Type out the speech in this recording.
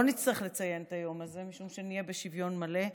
נצטרך לציין את היום הזה משום שנהיה בשוויון מלא.